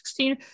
2016